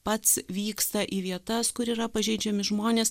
pats vyksta į vietas kur yra pažeidžiami žmonės